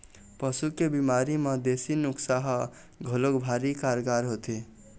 पशु के बिमारी म देसी नुक्सा ह घलोक भारी कारगार होथे